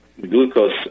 glucose